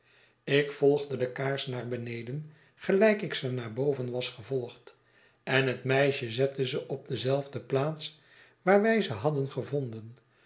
ik volgde de kaars naar beneden gelijk ik ze naar boven was gevolgd en het meisje zette ze op dezelfde plaats waar wij ze hadden gevonden